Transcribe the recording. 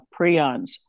prions